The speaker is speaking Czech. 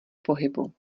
pohybu